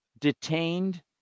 detained